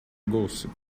gossip